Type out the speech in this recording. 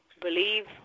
believe